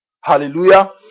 Hallelujah